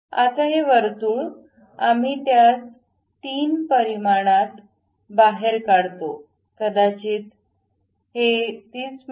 आता हे वर्तुळ आम्ही त्यास 3 परिमाणात dimensions बाहेर काढतो कदाचित हे 30 मि